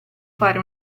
fare